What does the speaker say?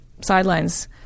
sidelines